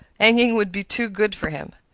hanging would be too good for him.